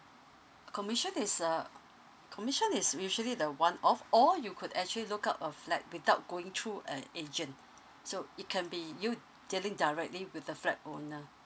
commission is a commission is usually the one off or you could actually look out a flat without going through an agent so it can be you dealing directly with the flat owner